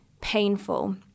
painful